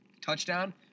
touchdown